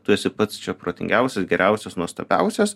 tu esi pats protingiausias geriausias nuostabiausias